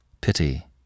Pity